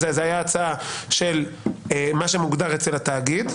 זו היתה הצעה של מה שמוגדר אצל התאגיד.